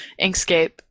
Inkscape